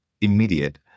immediate